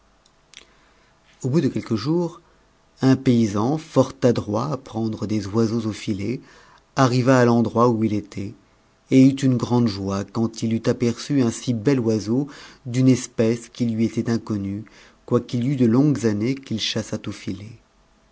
au bout de quelques jours un paysan fort adroit à prendre des oiseaux aux siets arriva à l'endroit où il était et eut une grande joie quand il eut pe u un si bel oiseau d'une espèce qui lui était inconnue quoiqu'il y le ongups années